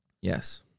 Yes